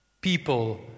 people